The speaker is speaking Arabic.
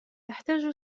تحتاج